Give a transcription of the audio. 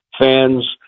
fans